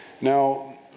Now